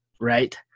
right